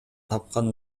тапкан